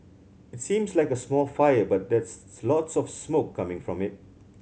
it seems like a small fire but there's lots of smoke coming from it